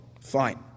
fine